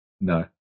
no